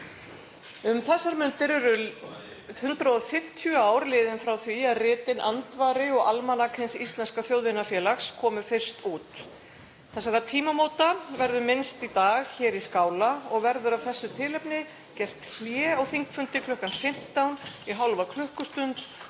Um þessar mundir eru 150 ár liðin frá því að ritin Andvari og Almanak Hins íslenska þjóðvinafélags komu fyrst út. Þessara tímamóta verður minnst í dag hér í Skála og verður af þessu tilefni gert hlé á þingfundi kl. 15 í hálfa klukkustund